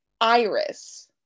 Iris